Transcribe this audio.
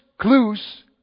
Clues